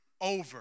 over